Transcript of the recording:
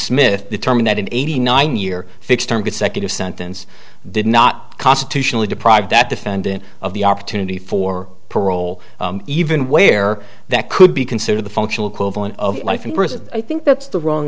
smith determine that eighty nine year fixed term consecutive sentence did not constitutionally deprive that defendant of the opportunity for parole even where that could be considered the functional equivalent of life in prison i think that's the wrong